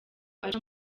aca